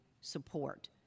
support